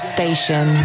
Station